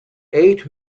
eight